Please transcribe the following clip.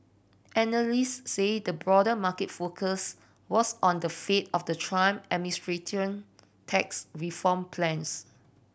analyst said the broader market focus was on the fate of the Trump administration tax reform plans